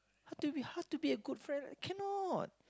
how to be how to be a good friend cannot